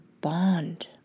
bond